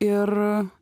ir